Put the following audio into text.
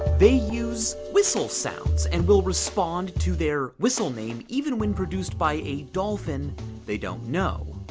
they use whistle sounds and will respond to their whistle name even when produced by a dolphin they don't know.